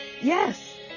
yes